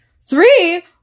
three